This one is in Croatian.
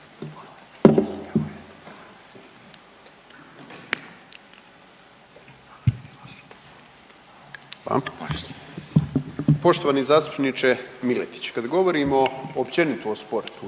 Poštovani zastupniče Miletić, kada govorimo općenito o sportu